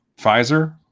Pfizer